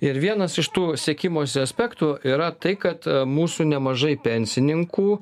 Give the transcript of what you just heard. ir vienas iš tų sekimosi aspektų yra tai kad mūsų nemažai pensininkų